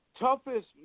toughest